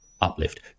uplift